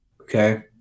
Okay